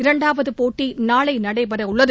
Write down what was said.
இரண்டாவது போட்டி நாளை நடைபெறவுள்ளது